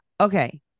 okay